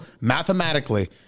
mathematically